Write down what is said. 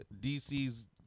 DC's